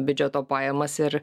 biudžeto pajamas ir